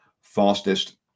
fastest